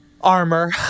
armor